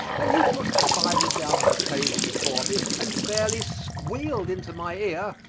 and he put the bible down on the table before me and fairly squealed into my ear,